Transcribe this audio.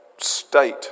State